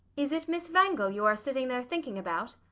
is it miss wangel you are sitting there thinking about?